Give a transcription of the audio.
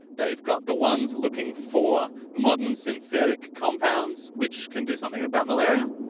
they've got the ones looking for modern synthetic compounds which can do something about malaria,